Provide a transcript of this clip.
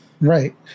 Right